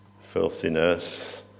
filthiness